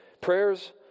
Prayers